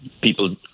people